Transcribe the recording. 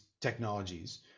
technologies